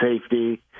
safety